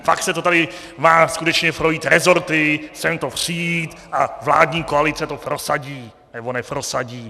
Pak to tady má skutečně projít rezorty, sem to přijít a vládní koalice to prosadí, nebo neprosadí.